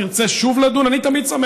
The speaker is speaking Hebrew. אני לא יודע,